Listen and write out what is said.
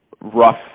rough